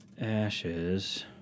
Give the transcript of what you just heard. ashes